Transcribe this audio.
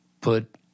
put